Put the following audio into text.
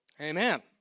Amen